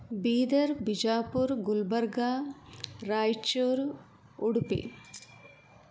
Bidar Bijapur Gulbarga Raichur Udupi